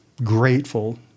Grateful